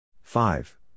Five